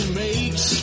makes